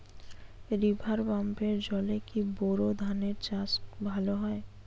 River পাম্পের জলে কি বোর ধানের চাষ ভালো হয়?